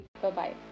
Bye-bye